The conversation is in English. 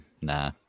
nah